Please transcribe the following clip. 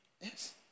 Yes